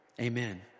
Amen